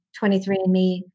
23andMe